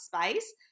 space